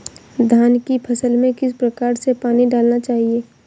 धान की फसल में किस प्रकार से पानी डालना चाहिए?